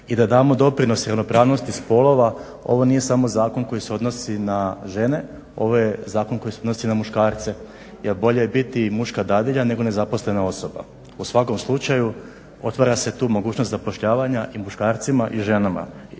i da damo doprinos ravnopravnosti spolova. Ovo nije samo zakon koji se odnosi na žene, ovo je zakon koji se odnosi na muškarce jer bolje je biti muška dadilja nego nezaposlena osoba. U svakom slučaju otvara se tu mogućnost zapošljavanja i muškarcima i ženama